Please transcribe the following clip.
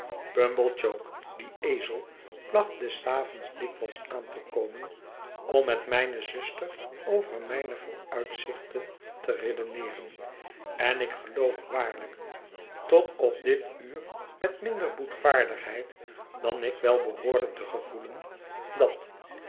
pumblechook die ezel placht des avonds dikwijls aan te komen om met mijne zuster over mijne vooruitzichten te redeneeren en ik geloof waarlijk tot op dit uur met minder boetvaardigheid dan ik wel behoorde te gevoelen dat